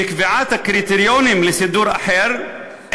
בקביעת הקריטריונים לסידור אחר,